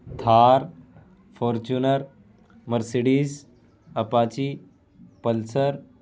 Thar Fortuner Mercedes apache pulsar